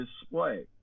display